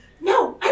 no